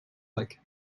like